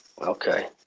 Okay